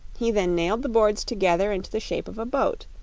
he then nailed the boards together into the shape of a boat,